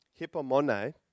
hippomone